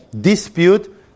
dispute